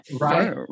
Right